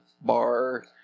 bar